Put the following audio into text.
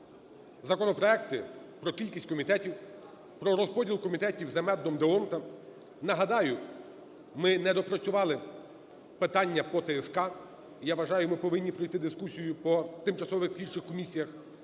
законопроекти: про кількість комітетів, про розподіл комітетів за методом д'Ондта. Нагадаю, ми не допрацювали питання по ТСК, і я вважаю, ми повинні пройти дискусію по тимчасових слідчих комісіях.